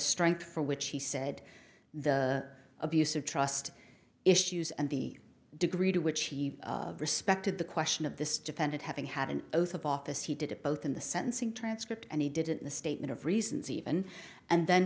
strength for which he said the abuse of trust issues and the degree to which he respected the question of this defendant having had an oath of office he did it both in the sentencing transcript and he did it in the statement of reasons even and then